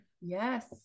Yes